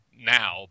now